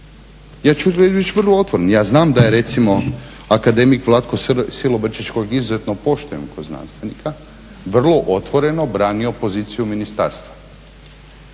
Ja ću reći vrlo otvoreno, ja znam da je recimo akademik Vlatko Silobrčić, kojeg izuzetno poštujem kao znanstvenika, vrlo otvoreno branio poziciju ministarstva